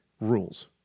rules